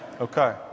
Okay